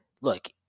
look